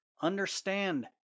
Understand